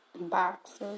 boxes